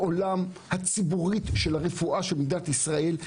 העולם הציבורית של הרפואה של מדינת ישאל,